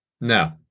No